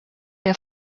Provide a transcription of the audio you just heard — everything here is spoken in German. der